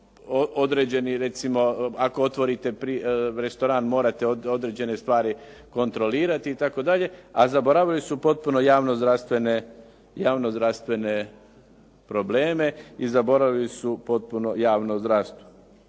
određeni recimo ako otvorite restoran, morate određene stvari kontrolirati itd., a zaboravili su potpuno javno-zdravstvene probleme i zaboravili su potpuno javno zdravstvo.